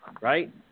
right